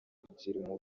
kugirana